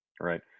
Right